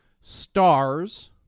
stars